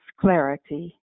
clarity